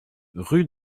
rue